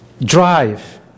drive